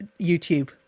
YouTube